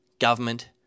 government